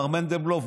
מר מנדלבלוף,